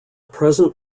present